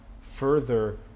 further